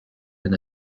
and